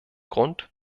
grund